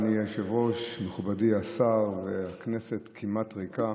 אדוני היושב-ראש, מכובדי השר, והכנסת הכמעט-ריקה.